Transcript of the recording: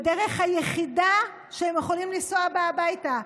בדרך היחידה שהם יכולים לנסוע בה הביתה.